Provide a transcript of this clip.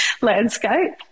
landscape